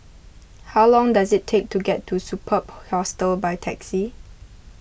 how long does it take to get to Superb Hostel by taxi